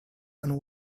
and